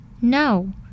No